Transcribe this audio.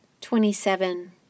Twenty-seven